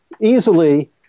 easily